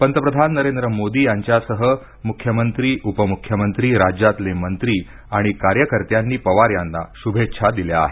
पंतप्रधान नरेंद्र मोदी यांच्यासह मुख्यमंत्रीउपमुख्यमंत्री राज्यातले मंत्री आणि कार्यकर्त्यांनी पवार यांना शुभेच्छा दिल्या आहेत